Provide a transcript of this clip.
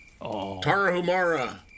Tarahumara